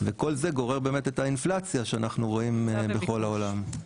וכל זה גורר את האינפלציה שאנחנו רואים בכל העולם.